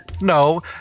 No